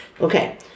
Okay